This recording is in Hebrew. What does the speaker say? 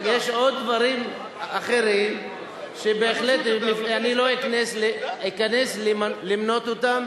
יש עוד דברים אחרים שבהחלט לא אכנס למנות אותם,